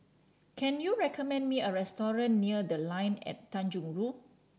can you recommend me a restaurant near The Line at Tanjong Rhu